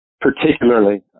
particularly